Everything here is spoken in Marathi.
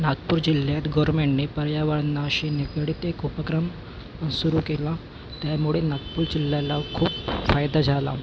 नागपूर जिल्ह्यात गव्हर्नमेंटनी पर्यावरणाशी निगडित एक उपक्रम सुरु केला त्यामुळे नागपूर जिल्ह्याला खूप फायदा झाला